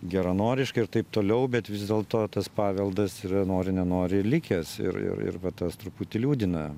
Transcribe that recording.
geranoriška ir taip toliau bet vis dėlto tas paveldas yra nori nenori likęs ir ir ir va tas truputį liūdina